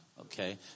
Okay